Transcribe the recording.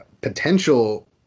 Potential